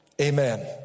Amen